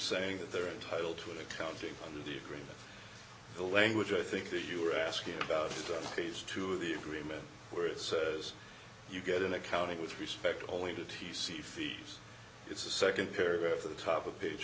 saying that they're entitled to accounting under the agreement the language i think that you are asking about phase two of the agreement where it says you get an accounting with respect only to t c fees it's a nd paragraph of the top of page